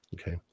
Okay